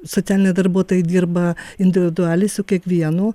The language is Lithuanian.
socialiniai darbuotojai dirba individualiai su kiekvienu